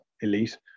elite